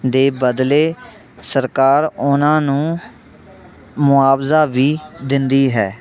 ਦੇ ਬਦਲੇ ਸਰਕਾਰ ਉਹਨਾਂ ਨੂੰ ਮੁਆਵਜ਼ਾ ਵੀ ਦਿੰਦੀ ਹੈ